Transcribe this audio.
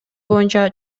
боюнча